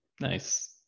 Nice